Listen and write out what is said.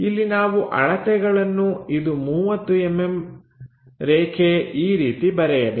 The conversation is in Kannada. ಇಲ್ಲಿ ನಾವು ಅಳತೆಗಳನ್ನು ಇದು 30mm ರೇಖೆ ಈ ರೀತಿ ಬರೆಯಬೇಕು